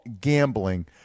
Gambling